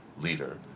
leader